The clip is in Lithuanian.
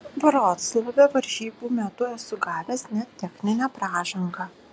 vroclave varžybų metu esu gavęs net techninę pražangą